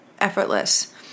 effortless